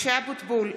(קוראת בשמות חברי הכנסת) משה אבוטבול,